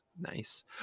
nice